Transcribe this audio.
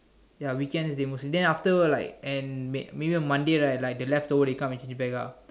ya weekends they mostly then after like and may maybe Monday right like the left over the come back to change back ah